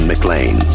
McLean